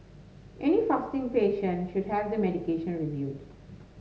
any fasting patient should have their medication reviewed